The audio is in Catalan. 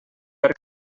per